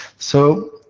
so,